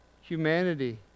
humanity